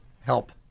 help